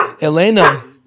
elena